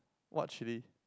what chilli